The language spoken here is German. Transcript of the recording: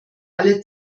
alle